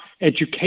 education